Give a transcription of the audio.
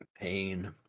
Pain